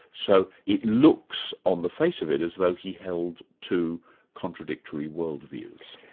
so it looks on the face of it as though he held two contradictory world views.